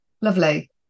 Lovely